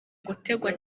gutegwa